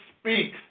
speak